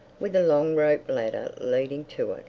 with a long rope ladder leading to